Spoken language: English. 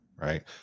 Right